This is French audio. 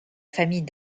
famille